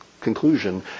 conclusion